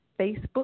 Facebook